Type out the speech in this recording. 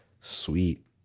sweet